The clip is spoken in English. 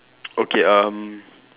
okay um